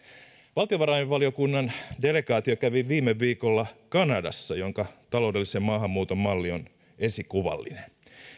valtiovarainvaliokunnan delegaatio kävi viime viikolla kanadassa jonka taloudellisen maahanmuuton malli on esikuvallinen